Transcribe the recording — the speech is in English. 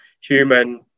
human